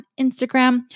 Instagram